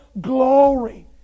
glory